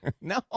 No